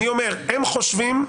הם חושבים,